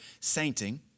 sainting